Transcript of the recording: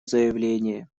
заявление